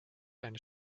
eine